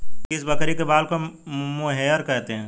किस बकरी के बाल को मोहेयर कहते हैं?